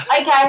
okay